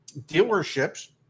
dealerships